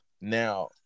now